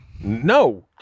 No